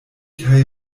kaj